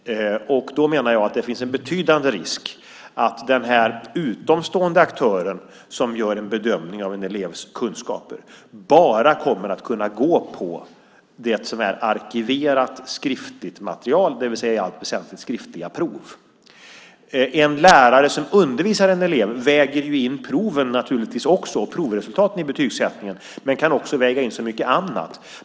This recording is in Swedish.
Jag menar att det finns en betydande risk att den här utomstående aktören, som gör en bedömning av en elevs kunskaper, bara kommer att kunna gå på det som är arkiverat skriftligt material, det vill säga i allt väsentligt skriftliga prov. En lärare som undervisar en elev väger naturligtvis in proven och provresultaten i betygssättningen men kan också väga in så mycket annat.